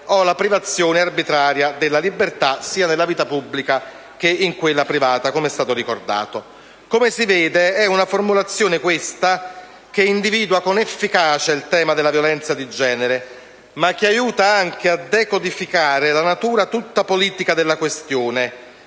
o la privazione arbitraria della libertà, sia nella vita pubblica, che nella vita privata», com'è stato ricordato. Come si vede, è una formulazione questa, che individua con efficacia il tema della violenza di genere, ma che aiuta anche a decodificare la natura tutta politica della questione,